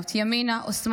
ימינה או שמאלה,